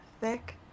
thick